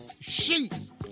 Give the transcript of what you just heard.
sheets